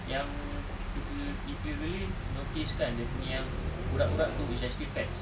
yang if you if you really notice kan dia punya yang urat-urat tu is actually fats